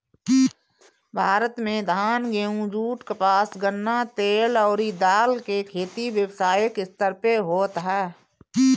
भारत में धान, गेंहू, जुट, कपास, गन्ना, तेल अउरी दाल के खेती व्यावसायिक स्तर पे होत ह